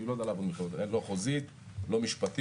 אני לא יודע לעבוד עם חברות לא חוזית, לא משפטית